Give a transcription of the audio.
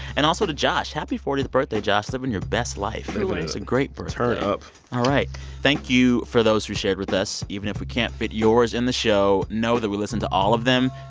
and also to josh. happy fortieth birthday, josh. living your best life and it's a great birthday turn up all right. thank you for those who shared with us. even if we can't fit yours in the show, know that we listen to all of them.